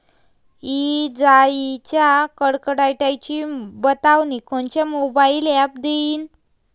इजाइच्या कडकडाटाची बतावनी कोनचे मोबाईल ॲप देईन?